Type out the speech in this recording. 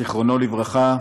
זיכרונו לברכה,